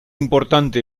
importante